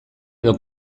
edo